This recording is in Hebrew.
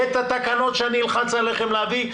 יהיו התקנות שאני אלחץ עליכם להביא.